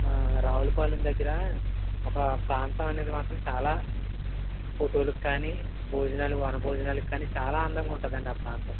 రావులపాలెం దగ్గర ఒక ప్రాంతం అనేది మాత్రం చాలా ఫోటోలుకి కానీ భోజనాలు వనభోజనాలుకి కానీ చాలా అందంగా ఉంటుంది అండి ఆ ప్రాంతం